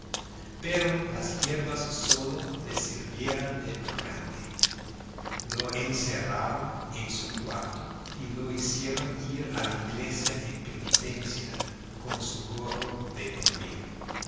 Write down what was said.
pero las yerbas sólo le sirvieron de purgante lo encerraron en su cuarto y lo hicieron ir a la iglesia en penitencia con su gorro de dormir